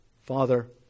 Father